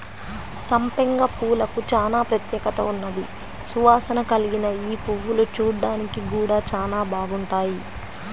సంపెంగ పూలకు చానా ప్రత్యేకత ఉన్నది, సువాసన కల్గిన యీ పువ్వులు చూడ్డానికి గూడా చానా బాగుంటాయి